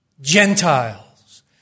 Gentiles